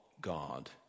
God